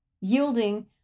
yielding